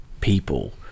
people